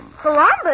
Columbus